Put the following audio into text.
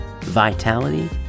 vitality